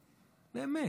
באמת,